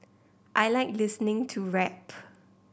I like listening to rap